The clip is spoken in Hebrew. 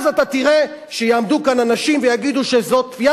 אז אתה תראה שיעמדו כאן אנשים ויגידו שזאת כפייה,